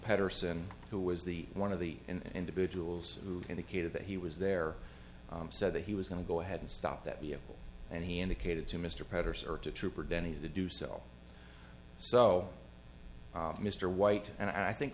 paterson who was the one of the individuals who indicated that he was there said that he was going to go ahead and stop that vehicle and he indicated to mr praed or sir to trooper denny to do so so mr white and i think